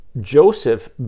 Joseph